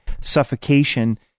suffocation